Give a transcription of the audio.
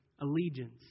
allegiance